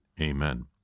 Amen